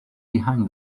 behind